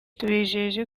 tubijeje